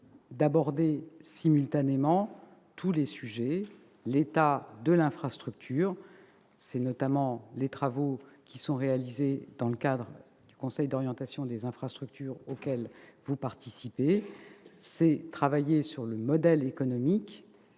d'aborder simultanément tous les sujets : l'état de l'infrastructure- c'est notamment l'objet des travaux réalisés dans le cadre du Conseil d'orientation des infrastructures, auquel vous participez -, le modèle économique,